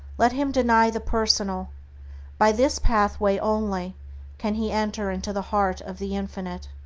let him deny the personal by this pathway only can he enter into the heart of the infinite.